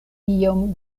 iom